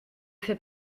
fait